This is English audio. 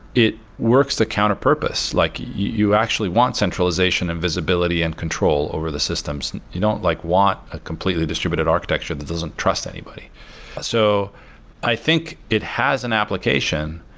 it works to counter purpose, like you actually want centralization and visibility and control over the systems. you don't like want a completely distributed architecture that doesn't trust anybody so i think it has an application,